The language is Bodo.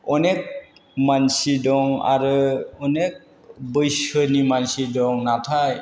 अनेख मानसि दं आरो अनेख बैसोनि मानसि दं नाथाय